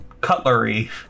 cutlery